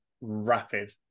rapid